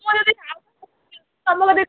ମୁଁ ଯଦି ଆଉ କାହା କତିରୁ ନିଅନ୍ତି ତମେ ଯଦି